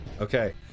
okay